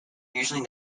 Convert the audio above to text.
usually